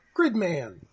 gridman